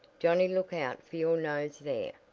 johnnie look out for your nose there.